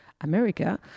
America